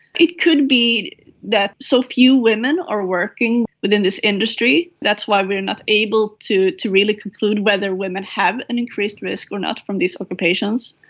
it could be that so few women are working within this industry. that's why we are not able to to really conclude whether women have an increased risk or not from these occupations.